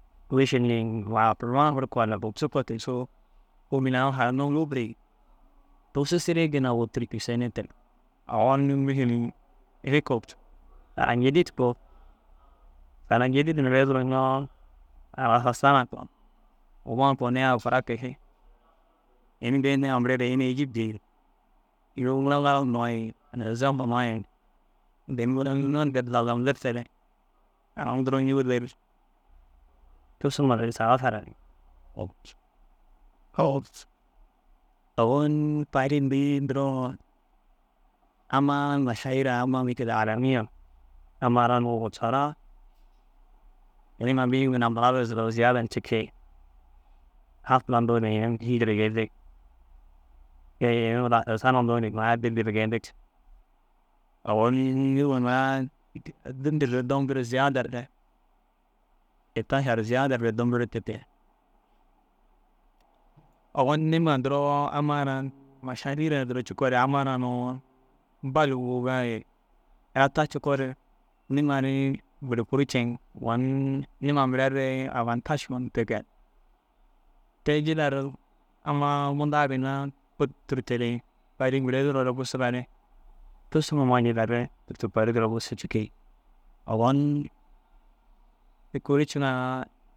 Mišil ni mafur mafur koo walla dugusu kege tigisoo kôomil aŋ harayinnoo ŋûfur yi. Dugusu sirina ginna ôwoturi cussuu ni terg. Ogon mišil ini goo sana jedid koo sana jedid mire duro ñoo halas rasa sana koo huma niĩya ra kuraa ke ši ini geyidiŋa mire re ini êjib geyin iyo naŋala huma ye nizam huma ye nazamdirtiere aŋ duro ñoo re cussu ma re saga sarami. ogon paris mire duro amma mašaira amma mišil alamiya amma ra gûrsara niĩma bîyuu ginna mura bussu ziyaadar cikii. Hafla hundu ni paris duro geyindig, ke yi rasa sana hundu mura dillire geyindig. Ogon niĩna dillire dombure ziyadar de etašar ziyaa daar dombo re te ke. Ogon niĩma duro amma ara mašaira amma ra nuu bal ûŋuŋa ye ina ta cikoo re niĩma ri buru kuru ceŋ. Ogon niĩma mire re avantaš hun te ke. Te jillar ammaa mundaa ginna ôt tûrtuere paris mire duro busugare cussu huma jillar re tûrtu paris duro busii cikii. Ogon ini kuri ciŋaa